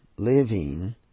Living